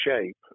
shape